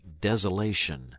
desolation